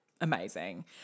Amazing